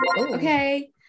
okay